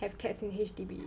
have cats in H_D_B